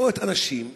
מאות אנשים,